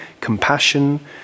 compassion